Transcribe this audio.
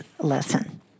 lesson